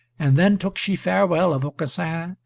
and then took she farewell of aucassin,